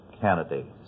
candidates